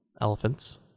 elephants